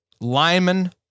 lineman